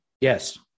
Yes